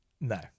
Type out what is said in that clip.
No